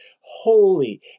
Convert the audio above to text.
holy